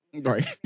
Right